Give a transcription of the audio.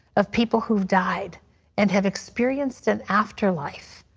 of people who died and have experienced an afterlife,